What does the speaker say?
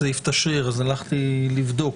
אז הלכתי לבדוק.